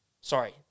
Sorry